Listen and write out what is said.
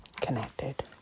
connected